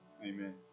Amen